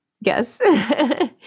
Yes